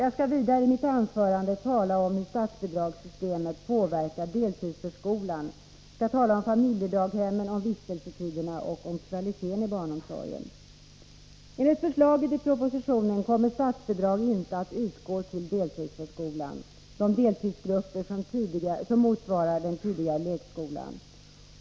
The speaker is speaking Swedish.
Jag skall vidare i mitt anförande tala om hur statsbidragssystemet påverkar deltidsförskolan, om familjedaghemmen, om vistelsetiderna och om kvaliteten på barnomsorgen. Enligt förslaget i propositionen kommer statsbidrag inte att utgå till deltidsförskolan, de deltidsgrupper som motsvarar den tidigare lekskolan.